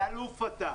איזה אלוף אתה.